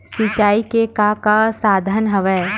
सिंचाई के का का साधन हवय?